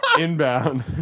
Inbound